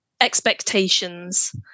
expectations